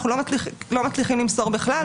אנחנו לא מצליחים למסור בכלל,